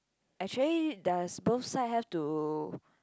actually does both side have to